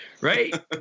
right